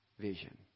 vision